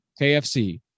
KFC